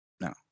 No